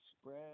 spread